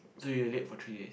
so you were late for three days